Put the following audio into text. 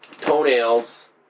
toenails